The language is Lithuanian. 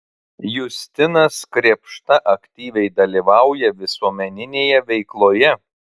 justinas krėpšta aktyviai dalyvauja visuomeninėje veikloje